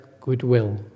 goodwill